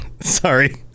sorry